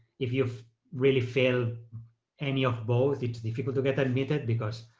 if you've really failed any of both it's difficult to get admitted because